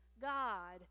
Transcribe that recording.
God